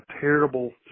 terrible